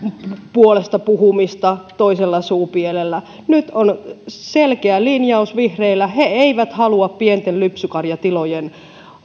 puolesta puhumista toisella suupielellä nyt vihreillä on selkeä linjaus he eivät halua pienten lypsykarjatilojen